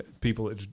people